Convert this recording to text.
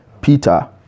Peter